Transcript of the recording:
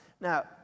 Now